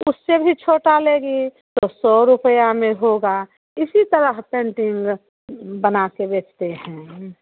उससे भी छोटा लेगी तो सौ रुपया में होगा इसी तरह पेंटिंग बना के बेचते हैं हम